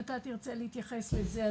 אם אתה תרצה להתייחס לזה,